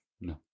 No